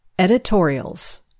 Editorials